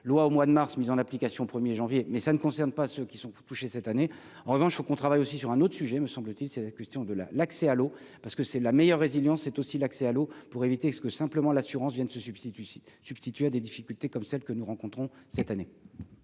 loi au mois de mars, mise en application au 1er janvier mais ça ne concerne pas ceux qui sont touchés cette année, en revanche, il faut qu'on travaille aussi sur un autre sujet me semble-t-il, c'est la question de la l'accès à l'eau parce que c'est la meilleure résilience est aussi l'accès à l'eau pour éviter ce que simplement l'assurance viennent se substitue substituer à des difficultés, comme celle que nous rencontrons cette année.